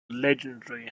legendary